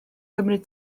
cymryd